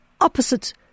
opposite